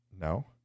No